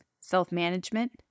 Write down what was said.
self-management